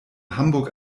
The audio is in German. hamburg